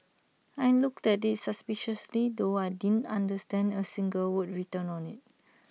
I looked at IT suspiciously though I didn't understand A single word written on IT